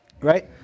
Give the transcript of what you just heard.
right